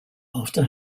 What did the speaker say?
after